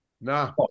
Nah